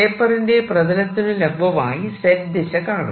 പേപ്പറിന്റെ പ്രതലത്തിനു ലംബമായി Z ദിശ കാണാം